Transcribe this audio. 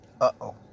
Uh-oh